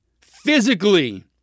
physically